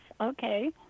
okay